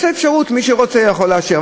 יש אפשרות, מי שרוצה יכול לאשר.